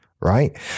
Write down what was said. right